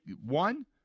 One